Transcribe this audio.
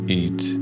eat